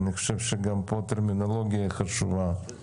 אני חושב שהטרמינולוגיה חשובה גם פה.